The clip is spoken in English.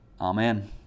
Amen